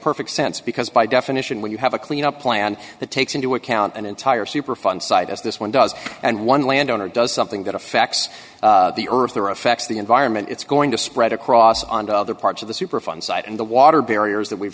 perfect sense because by definition when you have a clean up plan that takes into account an entire superfund site as this one does and one land owner does something that affects the earth or affects the environment it's going to spread across on to other parts of the superfund site and the water barriers that we've